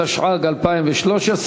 התשע"ג 2013,